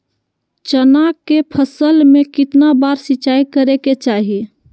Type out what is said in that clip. चना के फसल में कितना बार सिंचाई करें के चाहि?